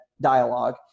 dialogue